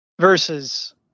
versus